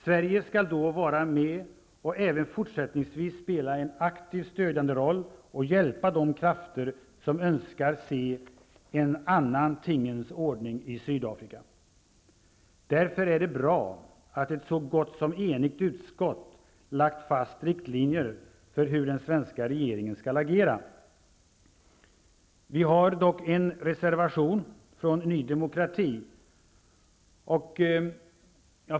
Sverige skall då vara med och även fortsättningsvis spela en aktivt stödjande roll och hjälpa de krafter som önskar se en annan tingens ordning i Sydafrika. Därför är det bra att ett så gott som enigt utskott lagt fast riktlinjer för hur den svenska regeringen skall agera. Vi har dock en reservation från Ny demokrati.